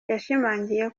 yashimangiye